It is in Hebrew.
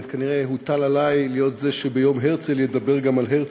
כנראה הוטל עלי להיות זה שביום הרצל ידבר גם על הרצל.